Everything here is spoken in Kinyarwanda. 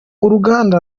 uruganda